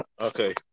Okay